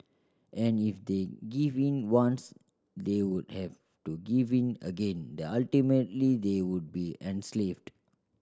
and if they give in once they would have to give in again the ultimately they would be enslaved